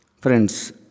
Friends